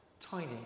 tiny